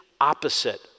opposite